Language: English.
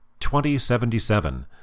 2077